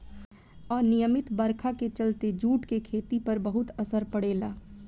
अनिमयित बरखा के चलते जूट के खेती पर बहुत असर पड़ेला